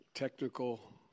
technical